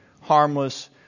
harmless